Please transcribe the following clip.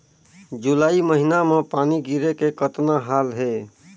जुलाई महीना म पानी गिरे के कतना हाल हे?